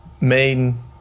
main